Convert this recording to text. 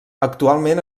actualment